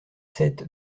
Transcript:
sept